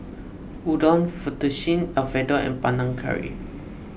Udon Fettuccine Alfredo and Panang Curry